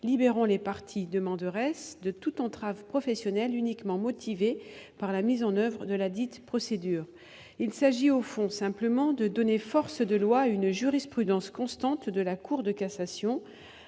libérant les parties demanderesses de toute entrave professionnelle uniquement motivée par la mise en oeuvre de ladite procédure. Au fond, il s'agit simplement de donner force de loi à une jurisprudence constante de la Cour de cassation,